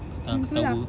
itu lah